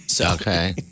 Okay